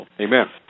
Amen